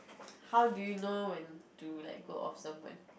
how do you know when to like let go off someone